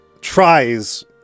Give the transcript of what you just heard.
tries